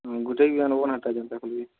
ଗୋଟେ ବି ଏନ୍ତା କେନ୍ତା କହିବି